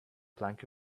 plank